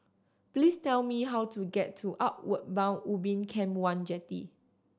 please tell me how to get to Outward Bound Ubin Camp One Jetty